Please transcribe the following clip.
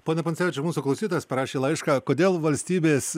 pone puncevičiau mūsų klausytojas parašė laišką kodėl valstybės